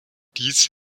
dies